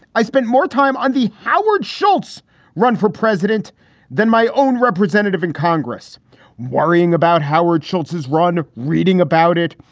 i spent more time on the howard schultz run for president than my own representative in congress worrying about howard schultz's run. reading about it.